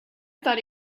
thought